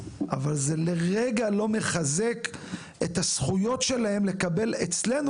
אבל זה לרגע לא מחזק את הזכויות שלהם לקבל אצלנו